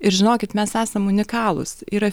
ir žinokit mes esam unikalūs yra